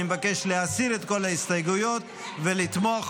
אני מבקש להסיר את כל ההסתייגויות ולתמוך